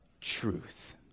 truth